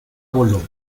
voló